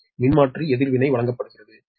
we மின்மாற்றி எதிர்வினை வழங்கப்படுகிறது